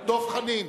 דב חנין.